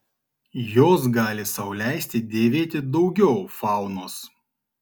jos gali sau leisti dėvėti daugiau faunos